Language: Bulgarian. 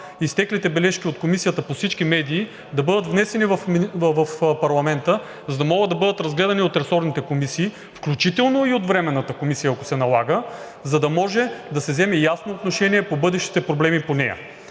изтеклите бележки от Комисията по всички медии да бъдат внесени в парламента, за да могат да бъдат разгледани от ресорните комисии, включително и от Временната комисия, ако се налага, за да може да се вземе ясно отношение по бъдещите проблеми по нея.